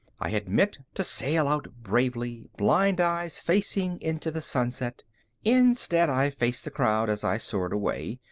i had meant to sail out bravely, blind eyes facing into the sunset instead, i faced the crowd as i soared away,